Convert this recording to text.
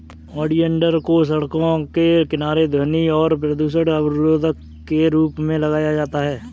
oleander को सड़कों के किनारे ध्वनि और प्रदूषण अवरोधक के रूप में लगाया जाता है